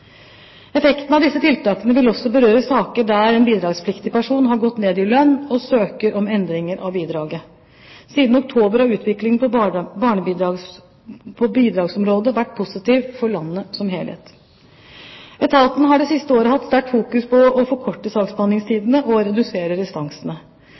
Effekten av disse tiltakene vil også berøre saker der en bidragspliktig person har gått ned i lønn og søker om endring av bidraget. Siden oktober har utviklingen på bidragsområdet vært positiv for landet som helhet. Etaten har det siste året hatt sterkt fokus på å forkorte